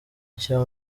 nshya